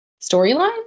storyline